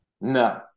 No